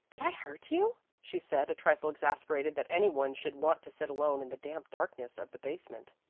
did i hurt you? she said, a trifle exasperated that any one should want to sit alone in the damp darkness of the basement.